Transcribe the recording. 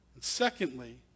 Secondly